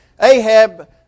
Ahab